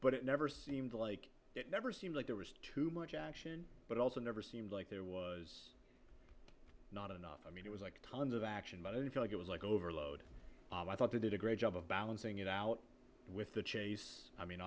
but it never seemed like it never seemed like there was too much action but also never seemed like there was not enough i mean it was like tons of action but i feel like it was like overload i thought they did a great job of balancing it out with the chase i mean